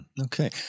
Okay